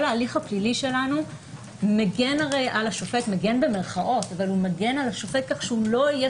כל ההליך הפלילי שלנו הרי "מגן" על השופט כך שהוא לא יהיה